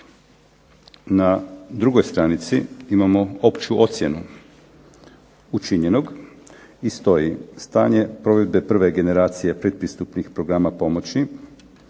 Na drugoj stranici imamo opću ocjenu učinjenog i stoji, stanje provedbe prve generacije pretpristupnih programa pomoći,